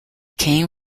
came